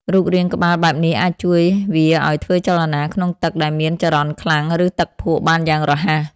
រូបរាងក្បាលបែបនេះអាចជួយវាឲ្យធ្វើចលនាក្នុងទឹកដែលមានចរន្តខ្លាំង ឬទឹកភក់បានយ៉ាងរហ័ស។